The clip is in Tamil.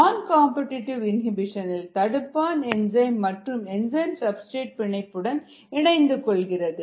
நான் காம்படிடிவு இனிபிஷன் இல் தடுப்பான் என்சைம் மற்றும் என்சைம் சப்ஸ்டிரேட் பிணைப்புடன் இணைந்து கொள்கிறது